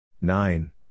Nine